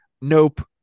nope